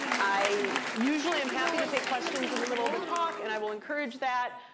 i usually am happy to take questions in the middle of the talk, and i will encourage that.